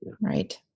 Right